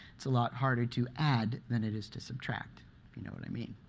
it's a lot harder to add than it is to subtract, if you know what i mean.